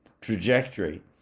trajectory